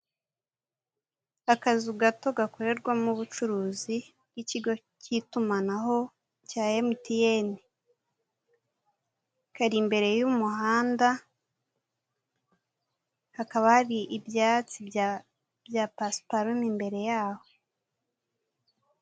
Akazu gato gakorerwamo ubucuruzi bw'ikigo k'itumanaho cya emutiyeni, kari imbere y'umuhanda hakaba hari ibyatsi bya pasuparumu imbere yaho.